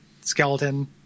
skeleton